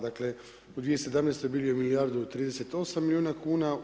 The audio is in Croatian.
Dakle, u 2017. bilo je milijardu i 38 milijuna kuna.